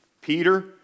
Peter